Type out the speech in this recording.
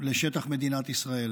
לשטח מדינת ישראל